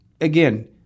again